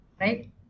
Right